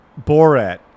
Borat